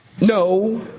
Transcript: No